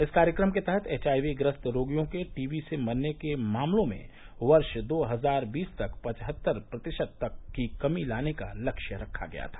इस कार्यक्रम के तहत एचआईवी ग्रस्त रोगियों के टीवी से मरने के मामलों में वर्ष दो हजार बीस तक पचहत्तर प्रतिशत तक की कमी लाने का लक्ष्य रखा गया था